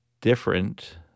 different